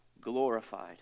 glorified